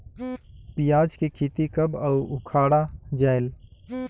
पियाज के खेती कब अउ उखाड़ा जायेल?